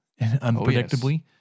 unpredictably